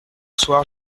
soir